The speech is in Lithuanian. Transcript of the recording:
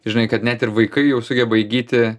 žinai kad net ir vaikai jau sugeba įgyti